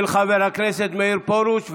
של חבר הכנסת מאיר פרוש,